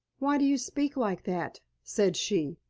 why do you speak like that? said she.